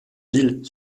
ville